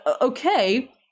okay